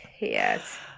yes